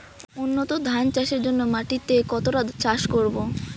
উন্নত ধান চাষের জন্য মাটিকে কতটা চাষ করব?